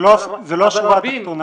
זה לא השורה התחתונה.